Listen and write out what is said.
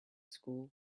school